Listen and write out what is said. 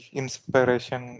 inspiration